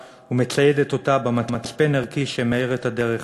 ומציידת אותה במצפן ערכי שמאיר את הדרך.